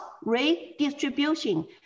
redistribution